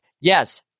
Yes